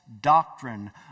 doctrine